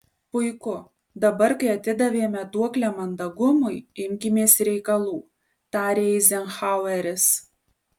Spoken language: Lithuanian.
puiku dabar kai atidavėme duoklę mandagumui imkimės reikalų tarė eizenhaueris